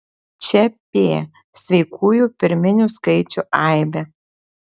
čia p sveikųjų pirminių skaičių aibė